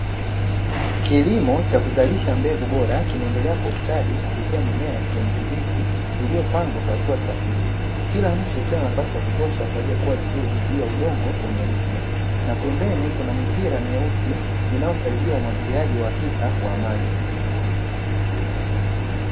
Kilimo cha kuzalisha mbegu bora kinaendelea kwa ustadi kupitia mimea ya kijani kibichi iliyopangwa kwa hatua sahihi, Kila mche ukiwa na nafasi ya kutosha kwa ajili ya kukua vizuri juu ya udongo wenye rutuba. Na pembeni Kuna mipira mieusi inayosaidia umwagiliaji wa hakika wa maji.